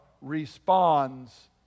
responds